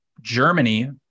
Germany